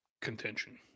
contention